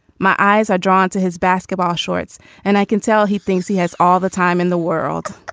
my eyes are drawn to his basketball shorts and i can tell he thinks he has all the time in the world